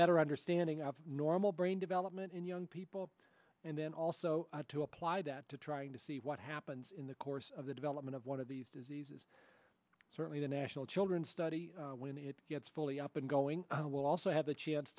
better understanding of normal brain development in young people and then also to apply that to trying to see what happens in the course of the development of one of these diseases certainly the national children's study when it gets fully up and going we'll also have a chance